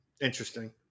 interesting